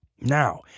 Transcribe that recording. Now